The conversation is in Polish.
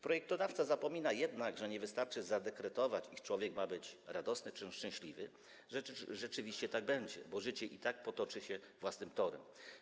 Projektodawca zapomina jednak, że nie wystarczy zadekretować, iż człowiek ma być radosny czy szczęśliwy i że rzeczywiście tak będzie, bo życie i tak potoczy się własnym torem.